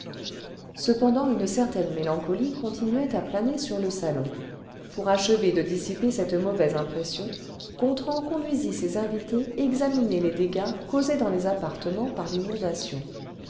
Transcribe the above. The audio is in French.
cependant une certaine mélancolie continuait à planer sur le salon pour achever de dissiper cette mauvaise impression gontran conduisit ses invités examiner les dégâts causés dans les appartements par l'inondation des